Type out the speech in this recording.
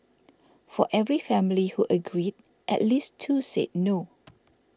for every family who agreed at least two said no